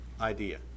idea